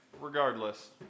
regardless